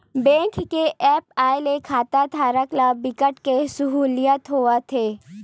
bank के apps आए ले खाताधारक ल बिकट के सहूलियत होवत हे